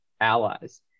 allies